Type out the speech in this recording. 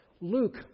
Luke